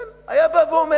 כן, היה בא ואומר.